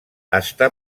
està